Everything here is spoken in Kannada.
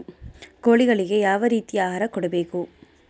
ಕೋಳಿಗಳಿಗೆ ಯಾವ ರೇತಿಯ ಆಹಾರ ಕೊಡಬೇಕು?